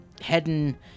heading